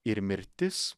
ir mirtis